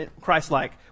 christ-like